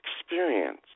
experience